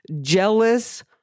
jealous